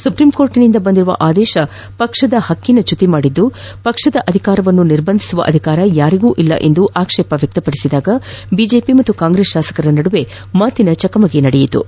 ಸುಪ್ರೀಂಕೋರ್ಟ್ನಿಂದ ಬಂದಿರುವ ಆದೇಶ ಪಕಕ್ಷದ ಹಕ್ಕಿನ ಚ್ಯುತಿ ಮಾಡಿದ್ದು ಪಕ್ಷದ ಅಧಿಕಾರವನ್ನು ನಿರ್ಬಂಧಿಸುವ ಅಧಿಕಾರ ಯಾರಿಗೂ ಇಲ್ಲ ಎಂದು ಆಕ್ಷೇಪ ವ್ಯಕ್ತಪಡಿಸಿದಾಗ ಬಿಜೆಪಿ ಮತ್ತು ಕಾಂಗ್ರೆಸ್ ಶಾಸಕರ ನಡುವೆ ಮಾತಿನ ಚಕಮಕಿ ನಡೆಯಿತು